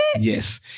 Yes